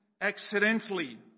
accidentally